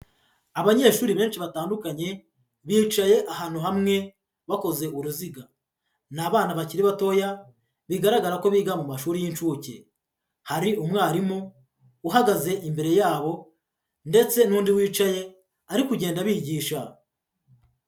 Abanyeshuri benshi batandukanye bicaye ahantu hamwe bakoze uruziga, ni abana bakiri batoya bigaragara ko biga mu mashuri y'inshuke, hari umwarimu uhagaze imbere yabo ndetse n'undi wicaye ari kugenda bigisha.